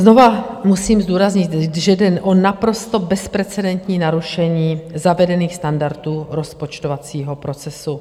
Znovu musím zdůraznit, že jde o naprosto bezprecedentní narušení zavedených standardů rozpočtovacího procesu.